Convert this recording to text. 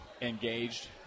engaged